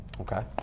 Okay